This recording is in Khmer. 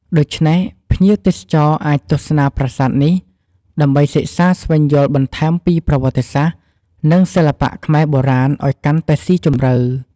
ដូច្នេះភ្ញៀវទេសចរអាចទស្សនាប្រាសាទនេះ ដើម្បីសិក្សាស្វែងយល់បន្ថែមពីប្រវត្តិសាស្ត្រ និងសិល្បៈខ្មែរបុរាណឲ្យកាន់តែសុីជម្រៅ។